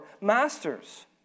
master's